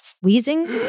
wheezing